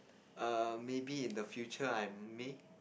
err maybe in the future I may